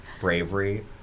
bravery